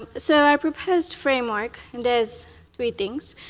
so our proposed framework and does three things.